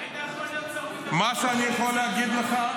היית יכול להיות שר ביטחון --- מה שאני יכול להגיד לך,